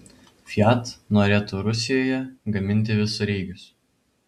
fiat norėtų rusijoje gaminti visureigius